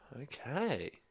Okay